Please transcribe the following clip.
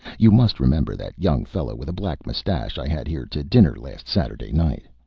you must remember that young fellow with a black mustache i had here to dinner last saturday night.